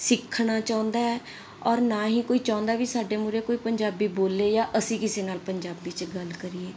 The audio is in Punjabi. ਸਿੱਖਣਾ ਚਾਹੁੰਦਾ ਔਰ ਨਾ ਹੀ ਕੋਈ ਚਾਹੁੰਦਾ ਵੀ ਸਾਡੇ ਮੂਹਰੇ ਕੋਈ ਪੰਜਾਬੀ ਬੋਲੇ ਜਾ ਅਸੀਂ ਕਿਸੇ ਨਾਲ ਪੰਜਾਬੀ ਚ ਗੱਲ ਕਰੀਏ